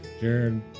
Jared